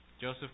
Joseph